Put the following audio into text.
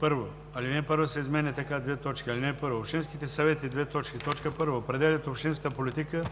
1. Ал. 1 се изменя така: „(1) Общинските съвети: 1. определят общинската политика